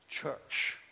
church